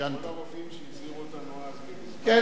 כל הרופאים שהזהירו אותנו אז, כן.